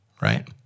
right